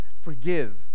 forgive